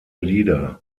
lieder